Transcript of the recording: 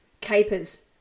Capers